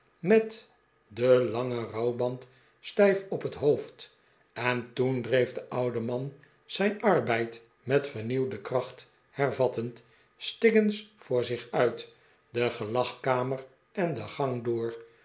met den langen rouwband stijf op het hoofd en toen dreef de oude man zijn arbeid met vernieuwde kracht hervattend stiggins voor zich uit de gelagkamer en de gang door